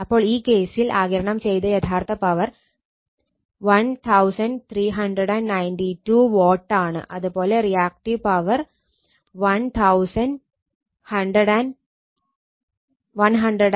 അപ്പോൾ ഈ കേസിൽ ആഗിരണം ചെയ്ത യഥാർത്ഥ പവർ 1392 watt ആണ് അത് പോലെ റിയാക്ടീവ് പവർ 1113 VAr ആണ്